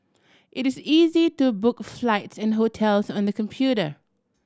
it is easy to book flights and hotels on the computer